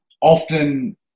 Often